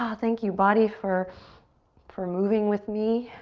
ah thank you body for for moving with me,